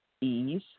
ease